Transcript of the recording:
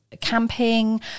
camping